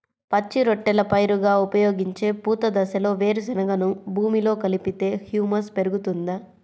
పచ్చి రొట్టెల పైరుగా ఉపయోగించే పూత దశలో వేరుశెనగను భూమిలో కలిపితే హ్యూమస్ పెరుగుతుందా?